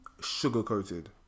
sugar-coated